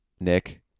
Nick